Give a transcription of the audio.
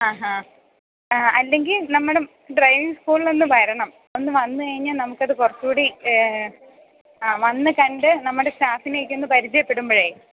ആഹാ അ അല്ലെങ്കിൽ നമ്മുടെ ഡ്രൈവിങ് സ്കൂളിൽ ഒന്നു വരണം ഒന്നു വന്നു കഴിഞ്ഞാൽ നമുക്കത് കുറച്ചൂ കൂടി അ വന്നു കണ്ട് നമ്മുടെ സ്റ്റാഫിനെയൊക്കെ ഒന്നു പരിചയപ്പെടുമ്പോഴേ